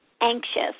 anxious